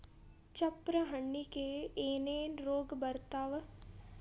ಚಪ್ರ ಹಣ್ಣಿಗೆ ಏನೇನ್ ರೋಗ ಬರ್ತಾವ?